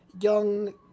young